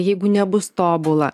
jeigu nebus tobula